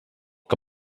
que